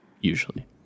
usually